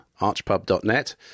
archpub.net